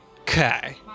Okay